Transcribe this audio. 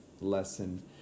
lesson